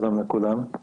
שלום לכולם.